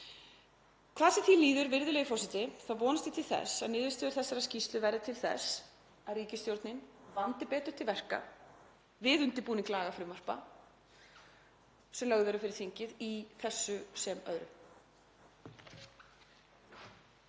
Hvað sem því líður, virðulegi forseti, vonast ég til þess að niðurstöður þessarar skýrslu verði til þess að ríkisstjórnin vandi betur til verka við undirbúning lagafrumvarpa sem lögð eru fyrir þingið í þessu sem öðru.